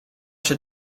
się